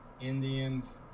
Indians